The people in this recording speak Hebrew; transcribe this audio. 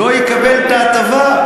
לא יקבל את ההטבה.